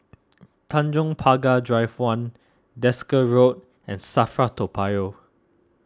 Tanjong Pagar Drive one Desker Road and Safra Toa Payoh